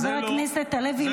חבר הכנסת הלוי,